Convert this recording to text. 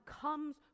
comes